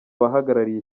abahagarariye